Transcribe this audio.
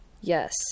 Yes